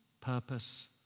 purpose